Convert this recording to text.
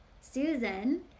Susan